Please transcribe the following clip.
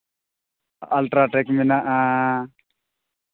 UltraTech ᱢᱮᱱᱟᱜᱼᱟ